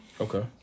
Okay